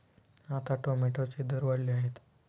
आता टोमॅटोचे दर वाढले आहेत